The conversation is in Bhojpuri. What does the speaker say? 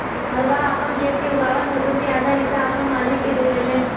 हरवाह आपन खेत मे उगावल फसल के आधा हिस्सा आपन मालिक के देवेले